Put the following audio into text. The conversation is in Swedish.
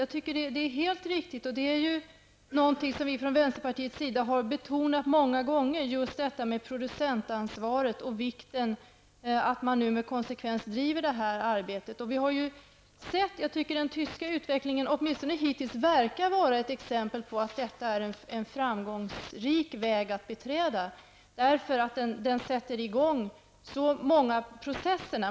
Jag tycker det är helt riktigt, och vi har från vänsterpartiets sida många gånger betonat betydelsen av producentansvaret och vikten av att man nu med konsekvens driver detta arbete. Vi har av den tyska utvecklingen, åtminstone hittills, kunnat se att detta verkar vara en framgångsrik väg att beträda, eftersom den sätter i gång så många processer.